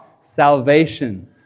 Salvation